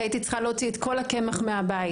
הייתי צריכה להוציא את כל הקמח מהבית.